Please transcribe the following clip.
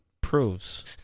proves